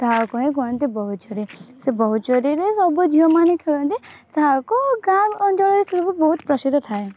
ତାହାକୁ ହିଁ କୁହନ୍ତି ବୋହୂ ଚୋରି ସେ ବୋହୂ ଚୋରିରେ ସବୁ ଝିଅମାନେ ଖେଳନ୍ତି ତାହାକୁ ଗାଁ ଅଞ୍ଚଳରେ ସେ ସବୁ ବହୁତ ପ୍ରସିଦ୍ଧ ଥାଏ